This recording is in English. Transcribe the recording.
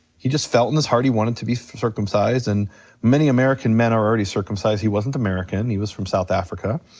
he just felt in his heart that he wanted to be circumcised and many american men are already circumcised, he wasn't american, he was from south africa.